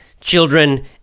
children